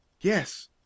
yes